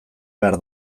behar